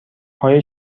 های